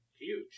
Huge